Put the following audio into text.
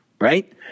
right